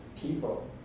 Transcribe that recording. people